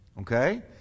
okay